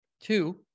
Two